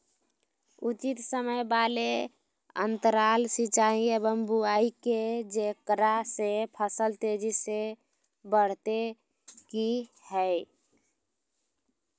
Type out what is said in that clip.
उचित समय वाले अंतराल सिंचाई एवं बुआई के जेकरा से फसल तेजी से बढ़तै कि हेय?